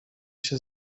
się